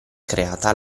creata